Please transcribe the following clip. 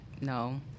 No